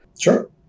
Sure